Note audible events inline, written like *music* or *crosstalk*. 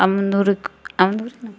अमरुद *unintelligible*